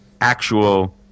actual